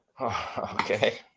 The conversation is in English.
Okay